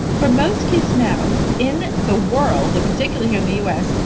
for most kids now, in the world, particularly here in the us,